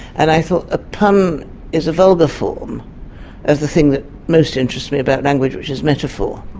and i thought a pun is a vulgar form of the thing that most interests me about language which is metaphor,